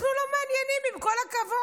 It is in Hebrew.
אנחנו לא מעניינים, עם כל הכבוד.